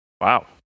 Wow